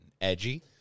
edgy